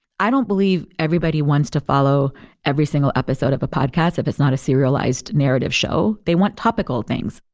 i don't believe everybody wants to follow every single episode of a podcast if it's not a serialized narrative show. they want topical things.